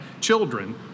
children